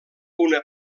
una